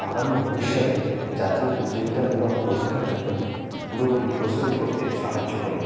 আগামী ভবিষ্যতে জাতীয় প্রতিযোগিতামূলক পরীক্ষার জন্য পুরোপুরি প্রস্তুত করতে সাহায্য করে